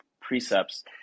precepts